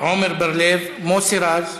עמר בר-לב, מוסי רז?